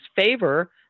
favor